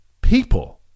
people